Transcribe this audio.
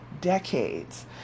decades